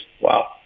Wow